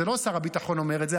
וזה לא שר הביטחון אומר את זה,